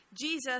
Jesus